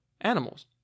animals